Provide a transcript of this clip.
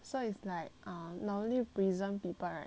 so is like um normally prison people right